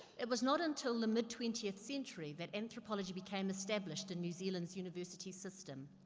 it was not until the mid twentieth century that anthropology became established in new zealand's university system.